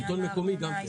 שלטון מקומי גם כן.